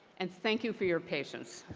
and thank you for your patience.